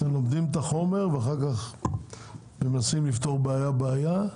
אנחנו לומדים את החומר ומנסים לפתור בעיה בעיה.